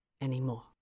anymore